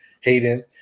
Hayden